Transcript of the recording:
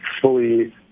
fully